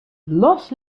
los